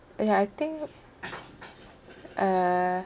（uh) ya I think uh